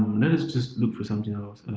let us just look for something else.